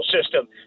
system